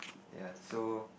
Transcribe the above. ya so